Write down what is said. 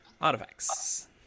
Artifacts